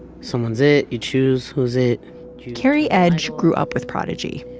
someone's it. you choose who's it kerri edge grew up with prodigy.